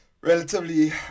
relatively